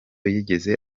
yigeze